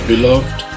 Beloved